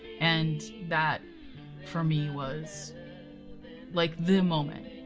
and that for me was like the moment.